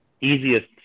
easiest